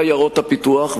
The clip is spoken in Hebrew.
בעיירות הפיתוח,